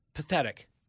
pathetic